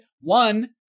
One